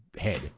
head